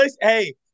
hey